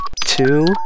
two